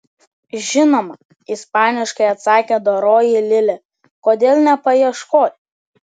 žinoma ispaniškai atsakė doroji lilė kodėl nepaieškot